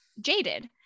jaded